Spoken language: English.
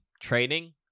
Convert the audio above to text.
training